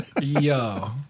Yo